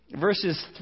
verses